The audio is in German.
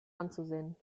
anzusehen